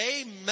Amen